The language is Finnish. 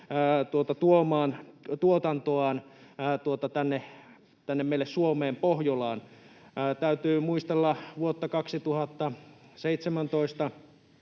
tuomaan tuotantoaan tänne meille Suomeen Pohjolaan. Täytyy muistella vuotta 2017,